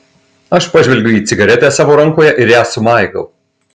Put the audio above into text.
aš pažvelgiu į cigaretę savo rankoje ir ją sumaigau